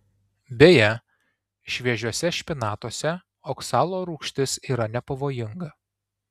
beje šviežiuose špinatuose oksalo rūgštis yra nepavojinga